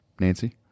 Nancy